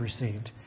received